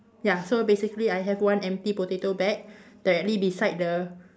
ya so basically I have one empty potato bag directly beside the